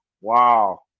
wow